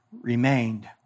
remained